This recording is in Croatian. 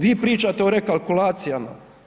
Vi pričate o rekalkulacijama.